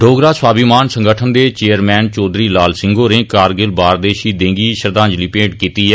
डोगरा स्वाभीमान संगठन दे चेयरमैन चौधरी लाल सिंह होरें कारगिल बार दे शहीदे गी श्रद्धांजलि मेंट कीती ऐ